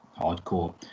hardcore